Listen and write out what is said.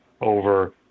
over